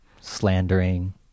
slandering